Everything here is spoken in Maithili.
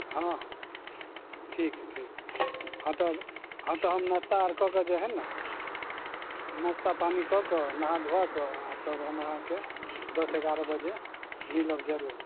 हँ हँ ठीक ठीक हँ तऽ हम हँ तऽ हम नाश्ता आर कऽ कऽ जे है ने नाश्ता पानि कऽ कऽ आ नहा धोआ कऽ आ तब हम अहाँकेँ दस एगारह बजे मिलब जरूर